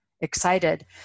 excited